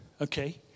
okay